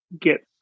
get